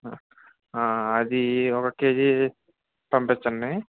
అది ఒక కేజీ పంపించండి